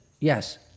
Yes